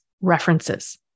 references